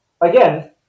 again